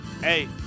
hey